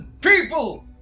people